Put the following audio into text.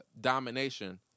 domination